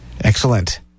Excellent